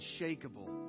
unshakable